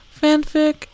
Fanfic